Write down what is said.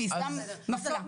והיא סתם מפלה.